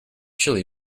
chili